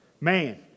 Man